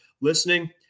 listening